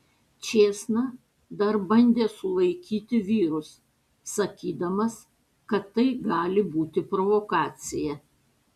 čėsna dar bandė sulaikyti vyrus sakydamas kad tai gali būti provokacija